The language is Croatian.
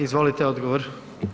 Izvolite odgovor.